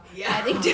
ya